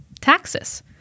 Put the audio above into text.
taxes